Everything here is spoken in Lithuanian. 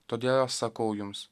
todėl sakau jums